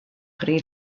pri